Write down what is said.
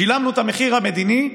שילמנו את המחיר המדיני,